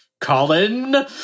Colin